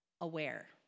aware